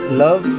love